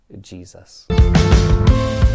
Jesus